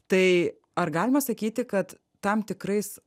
tai ar galima sakyti kad tam tikrais